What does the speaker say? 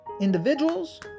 individuals